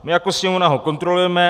My jako Sněmovna ho kontrolujeme.